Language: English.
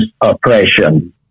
oppression